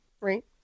right